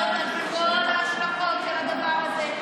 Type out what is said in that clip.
לשבת ולדון בוועדות על כל ההשלכות של הדבר זה.